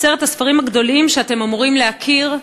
עשרת הספרים הגדולים שאתם אמורים להכיר.